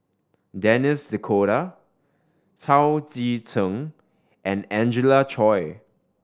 Denis D'Cotta Chao Tzee Cheng and Angelina Choy